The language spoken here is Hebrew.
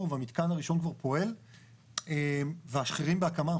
והמתקן הראשון כבר פועל ואחרים בהקמה.